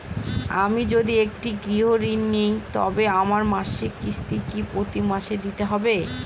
আমি যদি একটি গৃহঋণ নিই তবে আমার মাসিক কিস্তি কি প্রতি মাসে দিতে হবে?